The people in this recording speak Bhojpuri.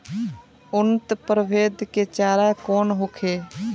उन्नत प्रभेद के चारा कौन होखे?